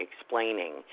explaining